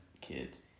kids